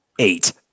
Eight